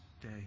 day